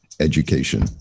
education